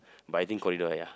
but I think corridor ya